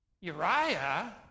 Uriah